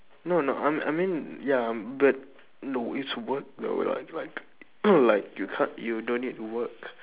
no no I mean I mean ya but no it's work though like like like you ca~ you don't need to work